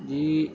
جی